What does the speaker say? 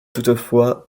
toutefois